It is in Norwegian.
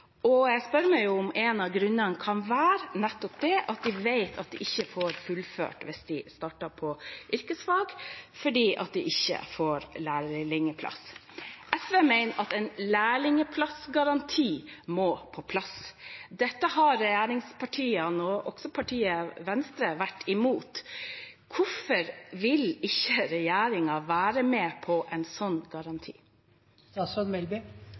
Jeg spør meg om en av grunnene nettopp kan være at de vet de ikke får fullført hvis de starter på yrkesfag fordi de ikke får lærlingplass. SV mener at en lærlingplassgaranti må på plass. Dette har regjeringspartiene, også partiet Venstre, vært imot. Hvorfor vil ikke regjeringen være med på en